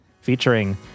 featuring